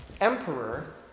emperor